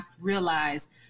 realized